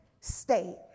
state